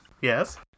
Yes